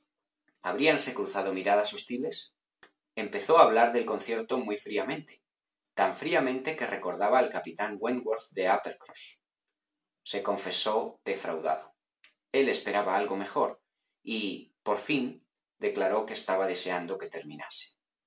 habríanse cruzado miradas hostiles empezó a hablar del concierto muy fríamente tan fríamente que recordaba al capitán wentworth de uppercross se confesó defraudado él esperaba algo mejor y por fin declaró que estaba deseando que terminase